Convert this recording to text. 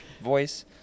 voice